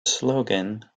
slogan